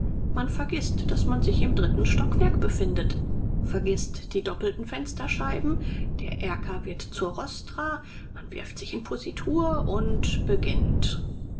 man vergißt daß man sich im dritten stockwerk befindet vergißt die doppelten fensterscheiben der erker wird zur rostra man wirft sich in positur und beginnt